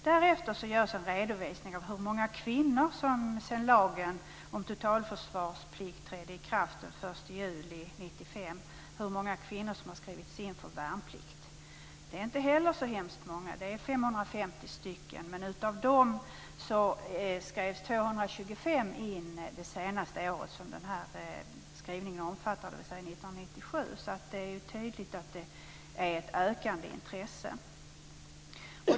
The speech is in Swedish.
Därefter görs en redovisning av hur många kvinnor som sedan lagen om totalförsvarsplikt trädde i kraft den 1 juli 1995 har skrivits in för värnplikt. Inte heller de är så många, nämligen 550. Av dem skrevs dock 225 in under det senaste inskrivningsåret, 1997. Det är alltså tydligt att det finns ett ökande intresse.